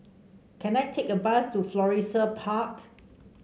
can I take a bus to Florissa Park